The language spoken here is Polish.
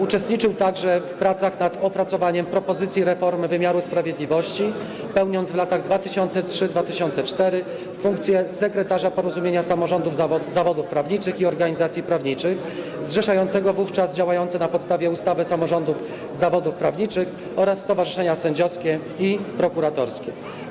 Uczestniczył także w pracach nad opracowaniem propozycji reformy wymiaru sprawiedliwości, pełniąc w latach 2003–2004 funkcję sekretarza Porozumienia Samorządów Zawodów Prawniczych i Organizacji Prawniczych, zrzeszającego wówczas działające na podstawie ustawy samorządy zawodów prawniczych oraz stowarzyszenia sędziowskie i prokuratorskie.